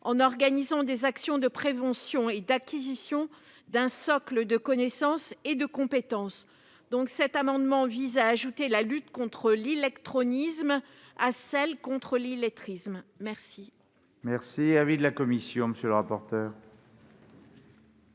en organisant des actions de prévention et d'acquisition d'un socle de connaissances et de compétences. Cet amendement vise à ajouter la lutte contre l'illectronisme à celle contre l'illettrisme. Quel